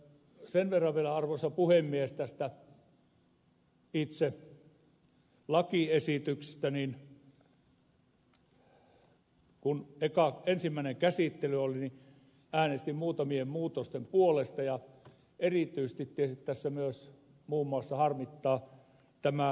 sen verran vielä arvoisa puhemies tästä itse lakiesityksestä että kun ensimmäinen käsittely oli niin äänestin muutamien muutosten puolesta ja erityisesti tässä muun muassa harmittaa tämä ampuma asekouluttajaprosessi